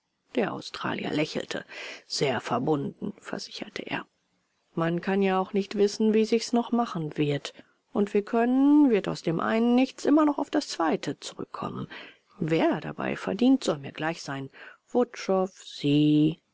der australier lächelte sehr verbunden versicherte er man kann ja auch nicht wissen wie sich's noch machen wird und wir können wird aus dem einen nichts immer noch auf das zweite zurückkommen wer dabei verdient soll mir gleich sein wutschow sie